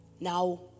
Now